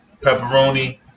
pepperoni